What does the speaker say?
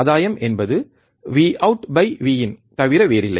ஆதாயம் என்பது Vout Vin தவிர வேறில்லை